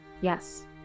Yes